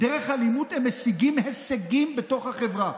הם משיגים הישגים בתוך החברה.